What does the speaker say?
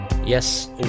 Yes